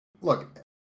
look